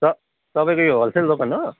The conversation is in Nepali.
त तपाईँको यो होलसेल दोकान हो